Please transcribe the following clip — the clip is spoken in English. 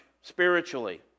spiritually